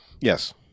Yes